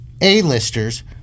A-listers